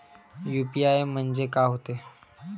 UPI म्हणजे का होते?